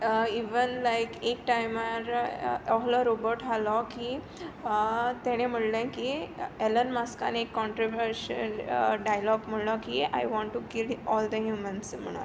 even like एक टायमार अहलो रोबोट आहलो की तेणें म्होणलें की एलन मस्कान एक क्रोंटोवर्शियल डायलोग म्हणलो की I want to kill all the humans म्हणोन